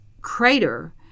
crater